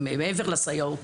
מעבר לסייעות.